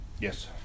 Yes